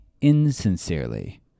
insincerely